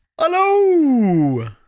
hello